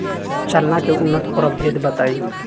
चना के उन्नत प्रभेद बताई?